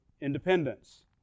independence